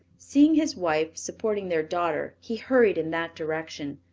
seeing his wife supporting their daughter, he hurried in that direction.